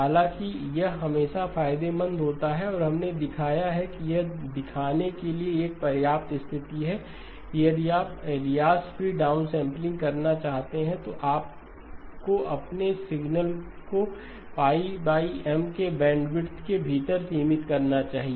हालांकि यह हमेशा फायदेमंद होता है और हमने दिखाया है कि यह दिखाने के लिए एक पर्याप्त स्थिति है कि यदि आप अलियास फ्री डाउनसैंपलिंग करना चाहते हैं तो आपको अपने सिग्नल को M के बैंडविड्थ के भीतर सीमित करना चाहिए